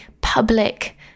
public